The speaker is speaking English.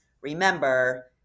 remember